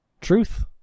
Truth